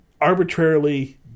arbitrarily